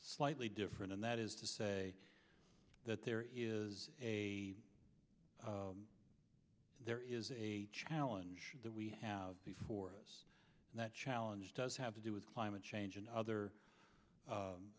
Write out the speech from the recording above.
slightly different and that is to say that there is a there is a challenge that we have before us and that challenge does have to do with climate change and other